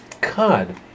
God